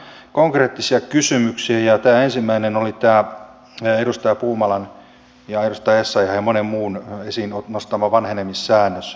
täällä tuli ihan konkreettisia kysymyksiä ja ensimmäinen oli tämä edustaja puumalan ja edustaja essayahin ja monen muun esiin nostama vanhenemissäännös